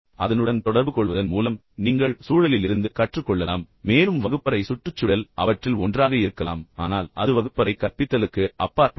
அதனுடன் தொடர்புகொள்வதன் மூலம் நீங்கள் சூழலிலிருந்து கற்றுக்கொள்ளலாம் மேலும் வகுப்பறை சுற்றுச்சூழல் சுற்றுச்சூழல் அவற்றில் ஒன்றாக இருக்கலாம் ஆனால் அது வகுப்பறை கற்பித்தலுக்கு அப்பாற்பட்டது